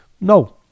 no